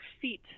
feet